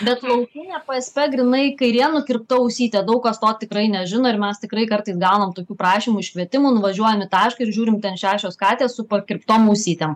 bet laukinė psp grynai kairė nukirpta ausytė daug kas to tikrai nežino ir mes tikrai kartais gaunam tokių prašymų iškvietimų nuvažiuojam į tašką ir žiūrim ten šešios katės su pakirptom ausytėm